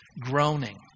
Groaning